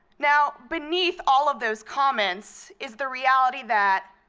now beneath all of those comments is the reality that,